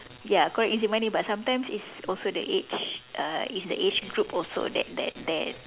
ya correct it's money but sometimes it's also the age uh it's the age group also that that that